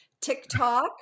TikTok